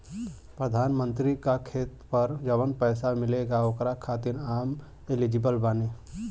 प्रधानमंत्री का खेत पर जवन पैसा मिलेगा ओकरा खातिन आम एलिजिबल बानी?